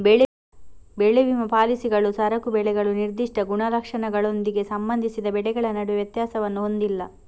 ಬೆಳೆ ವಿಮಾ ಪಾಲಿಸಿಗಳು ಸರಕು ಬೆಳೆಗಳು ನಿರ್ದಿಷ್ಟ ಗುಣಲಕ್ಷಣಗಳೊಂದಿಗೆ ಸಂಬಂಧಿಸಿದ ಬೆಳೆಗಳ ನಡುವೆ ವ್ಯತ್ಯಾಸವನ್ನು ಹೊಂದಿಲ್ಲ